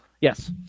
Yes